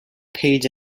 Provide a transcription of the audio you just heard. page